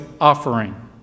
offering